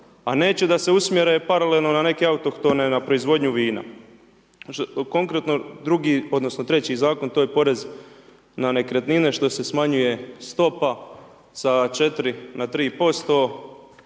a neće da se usmjere paralelno na neke autohtone na proizvodnju vina. Konkretno, drugi, odnosno, treći zakon, to je porez na nekretnine, što se smanjuje stopa sa 4 na 3%